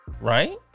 Right